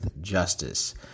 justice